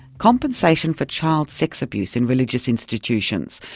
compensation for child sex abuse in religious institutions.